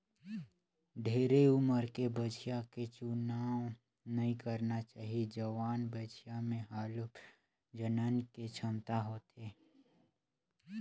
ढेरे उमर के बछिया के चुनाव नइ करना चाही, जवान बछिया में हालु प्रजनन के छमता होथे